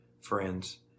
friends